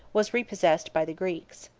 was repossessed by the greeks.